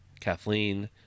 kathleen